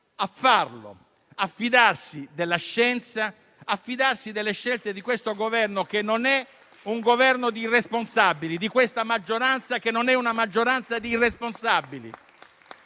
a farlo e a fidarsi della scienza e delle scelte di questo Governo, che non è un Governo di irresponsabili, e di questa maggioranza, che non è una maggioranza di irresponsabili.